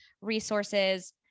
resources